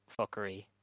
fuckery